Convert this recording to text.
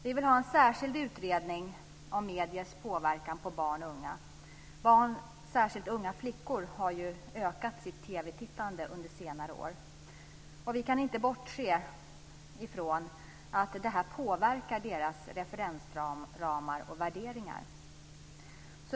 Vi vill ha en särskild utredning om mediers påverkan på barn och unga. Barn, särskilt unga flickor, har ökat sitt TV-tittande under senare år. Vi kan inte bortse från att detta påverkar deras referensramar och värderingar.